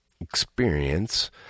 Experience